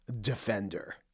Defender